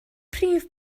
prif